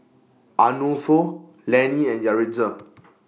Arnulfo Lanie and Yaritza